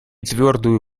твердую